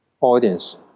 audience